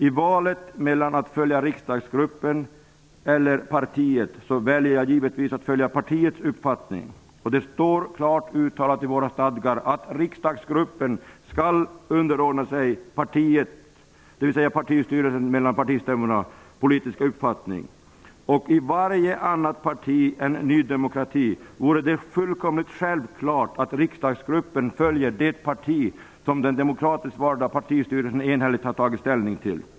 I valet mellan riksdagsgruppen och partiet väljer jag givetvis att följa partiets uppfattning. Det står klart uttalat i våra stadgar att riksdagsgruppen skall underordna sig partiets, dvs. partistyrelsens, politiska uppfattning. I varje annat parti än Ny demokrati vore det fullkomligt självklart att riksdagsgruppen följer det som den demokratiskt valda partistyrelsen enhälligt har tagit ställning för.